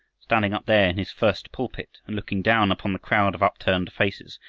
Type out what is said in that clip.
standing up there in his first pulpit and looking down upon the crowd of upturned faces,